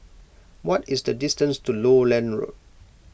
what is the distance to Lowland Road